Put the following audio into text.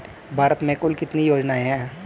भारत में कुल कितनी योजनाएं हैं?